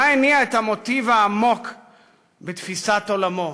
מה הניע את המוטיב העמוק כל כך בתפיסת עולמו,